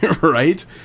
right